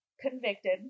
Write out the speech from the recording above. Convicted